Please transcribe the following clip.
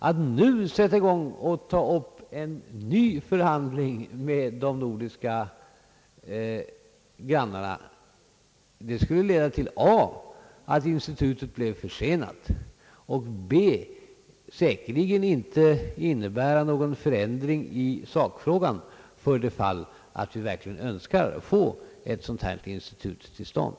Att nu ta upp en ny förhandling med de nordiska grannländerna skulle a) leda till att institutet blev försenat och b) säkerligen inte innebära någon förändring i sakfrågan för det fall att vi verkligen önskar få ett sådant här institut till stånd.